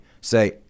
Say